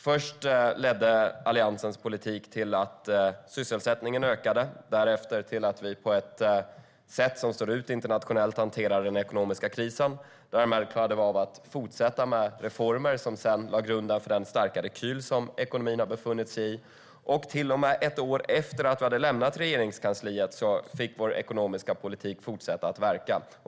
Först ledde Alliansens politik till att sysselsättningen ökade och därefter till att vi på ett sätt som står ut internationellt hanterade den ekonomiska krisen och därmed klarade av att fortsätta med reformer som sedan lade grunden för den starka rekyl som ekonomin har befunnit sig i. Till och med ett år efter det att vi hade lämnat Regeringskansliet fick vår ekonomiska politik fortsätta att verka.